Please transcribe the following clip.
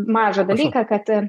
mažą dalyką kad